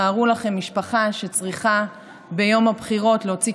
תארו לכם משפחה שצריכה ביום הבחירות להוציא